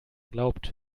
glaubt